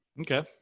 okay